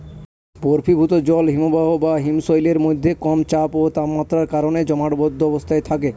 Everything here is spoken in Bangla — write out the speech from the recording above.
বরফীভূত জল হিমবাহ বা হিমশৈলের মধ্যে কম চাপ ও তাপমাত্রার কারণে জমাটবদ্ধ অবস্থায় থাকে